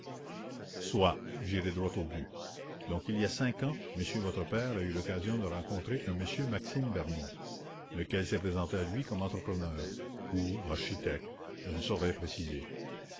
il y a cinq ans monsieur votre père a eu l'occasion de rencontrer un m maxime bermond lequel s'est présenté à lui comme entrepreneur ou architecte je ne saurais préciser